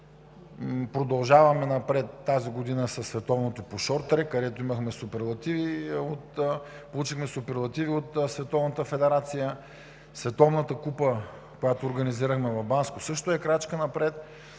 Продължаваме напред тази година със Световното първенство по шорттрек, където получихме суперлативи от Световната федерация; Световната купа, която организирахме в Банско, също е крачка напред.